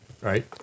Right